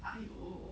!aiyo!